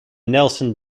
nelson